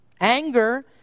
Anger